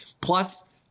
Plus